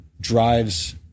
drives